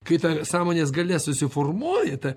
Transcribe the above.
kai ta sąmonės galia susiformuoja ta